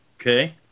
Okay